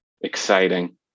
exciting